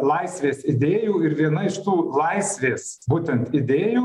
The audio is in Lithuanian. laisvės idėjų ir viena iš tų laisvės būtent idėjų